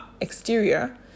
exterior